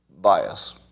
bias